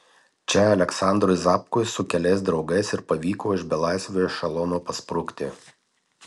čia aleksandrui zapkui su keliais draugais ir pavyko iš belaisvių ešelono pasprukti